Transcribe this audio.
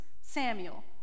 Samuel